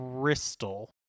crystal